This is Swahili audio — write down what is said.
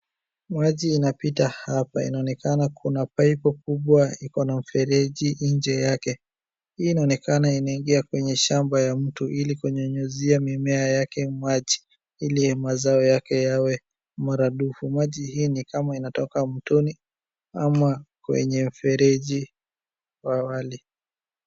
Maji inapita hapa inaonekana kuna paipu kubwa iko na mfereji nche yake inaonekana imeingia kwenye shamba ya mtu ili kunyunyizia mimea yake maji ili mazao yake yawe maradufu maji hii ni kama inatoka mtoni ama kwenye mfereji wa wali.